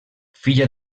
filla